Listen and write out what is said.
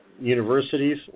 universities